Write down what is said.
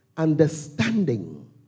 Understanding